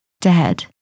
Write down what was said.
dead